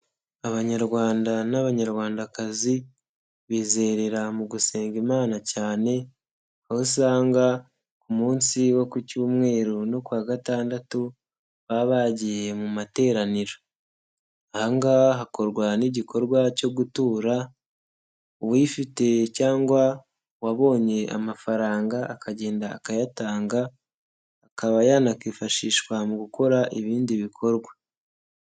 Abanyarwanda n'Abanyarwandakazi bizerera mu gusenga Imana cyane, aho usanga ku munsi wo ku Cyumweru no kuwa Gatandatu baba bagiye mu materaniro. Aha ngaha hakorwa n'igikorwa cyo gutura uwifite cyangwa uwabonye amafaranga akagenda akayatanga akaba yanakifashishwa mu gukora ibindi bikorwa.